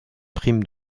prime